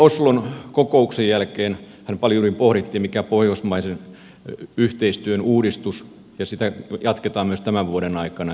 oslon kokouksen jälkeenhän paljon pohdittiin pohjoismaisen yhteistyön uudistusta ja sitä jatketaan myös tämän vuoden aikana